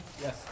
Yes